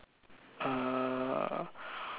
uh